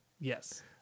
Yes